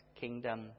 kingdom